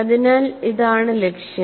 അതിനാൽ ഇതാണ് ലക്ഷ്യം